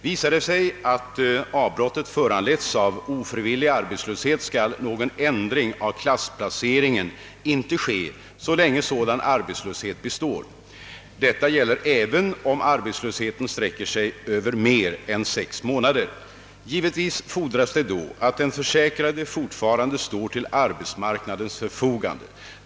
Visar det sig att avbrottet föranletts av ofrivillig arbetslöshet skall någon ändring av klassplaceringen inte ske så länge sådan arbetslöshet består. Detta gäller även om arbetslösheten sträcker sig över mer än sex månader. Givetvis fordras det då, att den försäkrade fortfarande står till arbetsmarknadens förfogande.